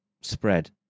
spread